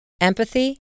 empathy